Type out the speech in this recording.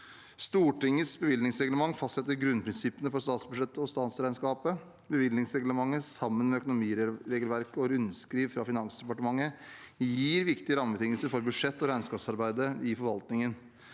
Stortingets bevilgningsreglement fastsetter grunnprinsippene for statsbudsjettet og statsregnskapet. Bevilgningsreglementet sammen med økonomiregelverket og rundskriv fra Finansdepartementet gir viktige rammebetingelser for budsjett- og regnskapsarbeidet i forvaltningen.